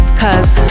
cause